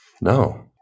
No